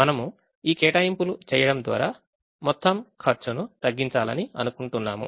మనము ఈ కేటాయింపులు చేయడం ద్వారా మొత్తం ఖర్చును తగ్గించాలని అనుకుంటున్నాము